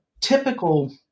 typical